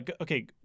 Okay